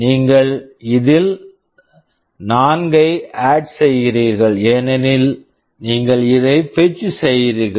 நீங்கள் இதில் 4 ஐ ஆட் add செய்கிறீர்கள் ஏனெனில் நீங்கள் இதைப் பெட்ச் fetch செய்கிறீர்கள்